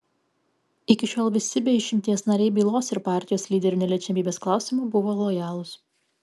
iki šiol visi be išimties nariai bylos ir partijos lyderių neliečiamybės klausimu buvo lojalūs